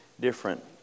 different